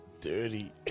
dirty